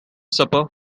supper